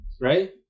Right